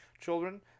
Children